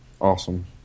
Awesome